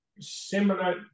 Similar